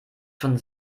schon